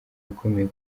ikomeye